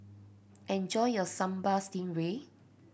enjoy your Sambal Stingray